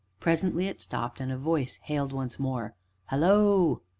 presently it stopped, and a voice hailed once more hallo!